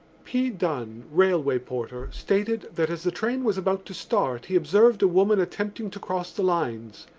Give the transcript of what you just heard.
p. dunne, railway porter, stated that as the train was about to start he observed a woman attempting to cross the lines.